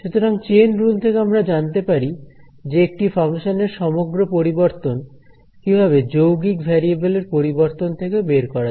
সুতরাং chain rule থেকে আমরা জানতে পারি যে একটি ফাংশনের সমগ্র পরিবর্তন কিভাবে যৌগিক ভেরিয়েবলের পরিবর্তন থেকে বের করা যায়